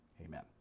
Amen